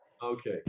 Okay